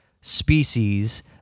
species